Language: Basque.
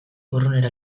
urrunera